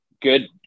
good